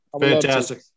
Fantastic